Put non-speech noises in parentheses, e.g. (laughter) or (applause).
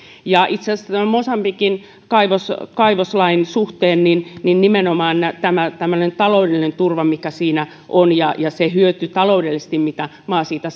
itse asiassa mosambikin kaivoslain suhteen nimenomaan tämmöinen taloudellinen turva mikä siinä on ja se hyöty taloudellisesti mitä maa siitä (unintelligible)